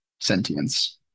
sentience